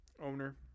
owner